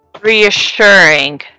Reassuring